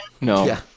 No